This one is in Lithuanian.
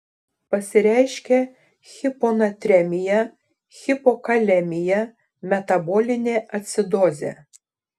pasireiškia hiponatremija hipokalemija metabolinė acidozė